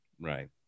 Right